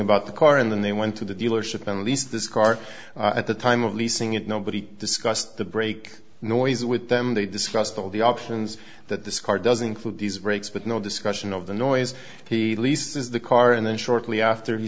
about the car and then they went to the dealership and lease this car at the time of leasing it nobody discussed the brake noise with them they discussed all the options that this car doesn't include these rates but no discussion of the noise the least is the car and then shortly after he